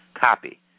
copy